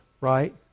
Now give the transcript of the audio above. right